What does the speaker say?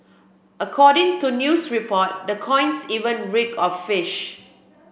according to news reports the coins even reeked of fish